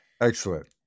Excellent